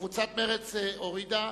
קבוצת מרצ הורידה,